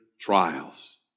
trials